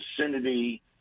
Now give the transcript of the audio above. vicinity